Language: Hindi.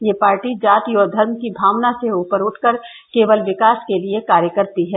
यह पार्टी जाति और धर्म की भावना से ऊपर उठकर केवल विकास के लिये कार्य करती है